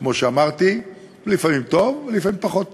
כמו שאמרתי, לפעמים טוב, לפעמים פחות טוב.